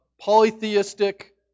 polytheistic